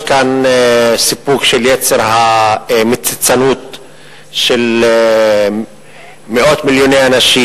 יש כאן סיפוק של יצר המציצנות של מאות מיליוני אנשים